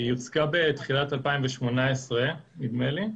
היא הוצגה בתחילה 2018, נדמה לי.